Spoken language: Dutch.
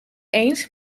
eens